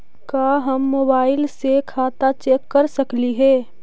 का हम मोबाईल से खाता चेक कर सकली हे?